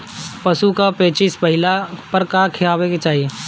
पशु क पेचिश भईला पर का खियावे के चाहीं?